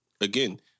again